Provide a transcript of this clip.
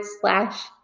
slash